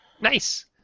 Nice